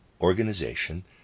organization